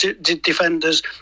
defenders